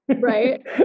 Right